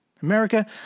America